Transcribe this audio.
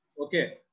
Okay